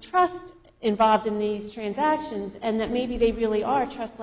trust involved in these transactions and that maybe they really are trust